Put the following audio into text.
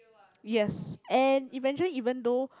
yes and eventually even though